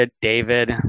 David